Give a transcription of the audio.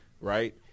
right